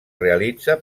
realitza